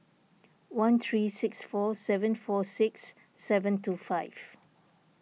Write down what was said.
one three six four seven four six seven two five